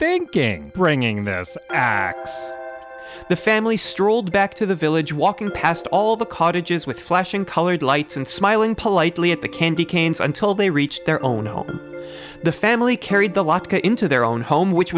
thinking bringing this the family strolled back to the village walking past all the cottages with flashing colored lights and smiling politely at the candy canes until they reached their own home the family carried the waka into their own home which